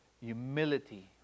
humility